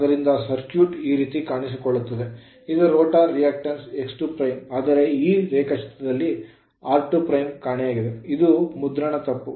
ಆದ್ದರಿಂದ ಸರ್ಕ್ಯೂಟ್ ಈ ರೀತಿ ಕಾಣಿಸಿಕೊಳ್ಳುತ್ತದೆ ಇದು ರೋಟರ್ ರಿಯಾಕ್ಟಿನ್ಸ್ x2' ಆದರೆ ಈ ರೇಖಾಚಿತ್ರದಲ್ಲಿ r2' ಕಾಣೆಯಾಗಿದೆ ಇದು ಮುದ್ರಣ ತಪ್ಪು